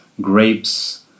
grapes